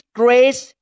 grace